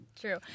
True